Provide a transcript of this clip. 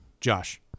Josh